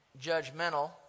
judgmental